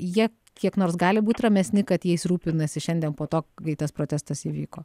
jie kiek nors gali būt ramesni kad jais rūpinasi šiandien po to kai tas protestas įvyko